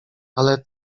ale